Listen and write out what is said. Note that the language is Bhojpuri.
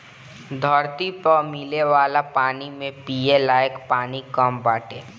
धरती पअ मिले वाला पानी में पिये लायक पानी कम बाटे